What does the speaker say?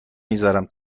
میذارم